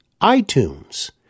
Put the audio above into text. iTunes